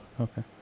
Okay